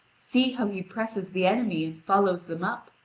see how he presses the enemy and follows them up,